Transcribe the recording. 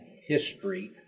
history